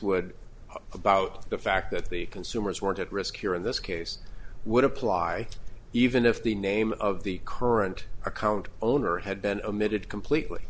would about the fact that the consumers weren't at risk here in this case would apply even if the name of the current account owner had been omitted completely